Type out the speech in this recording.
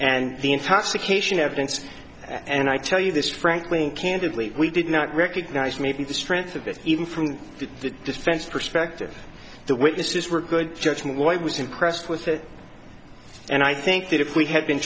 and the intoxication evidence and i tell you this frankly candidly we did not recognize maybe the strength of it even from the defense perspective the witnesses were good judge white was impressed with that and i think that if we had been